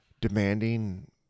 demanding